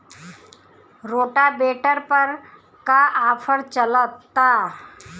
Rotavator पर का offer चलता?